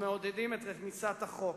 המעודדים את רמיסת החוק.